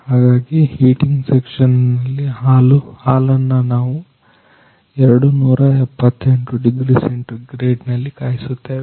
ಹಾಗಾಗಿ ಹೀಟಿಂಗ್ ಸೆಕ್ಷನ್ನಿನಲ್ಲಿ ಹಾಲನ್ನ ನಾವು 278 ಡಿಗ್ರಿ ಸೆಂಟಿಗ್ರೇಡ್ ನಲ್ಲಿ ಕಾಯುತ್ತೇವೆ